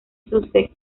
sussex